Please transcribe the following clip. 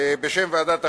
בשם ועדת החוקה,